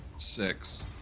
Six